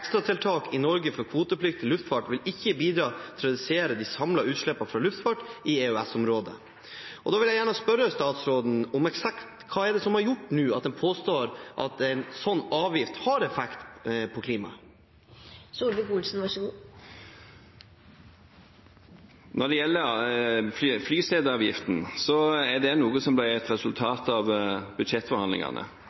i Norge for kvotepliktig luftfart vil ikke bidra til å redusere de samlede utslippene fra luftfart i EØS-området.» Da vil jeg gjerne spørre statsråden om eksakt hva er det som nå har gjort at en påstår at en sånn avgift har en effekt på klimaet? Når det gjelder flyseteavgiften, er det noe som ble et resultat av budsjettforhandlingene.